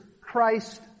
Christ